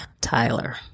Tyler